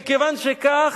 וכיוון שכך,